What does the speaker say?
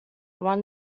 one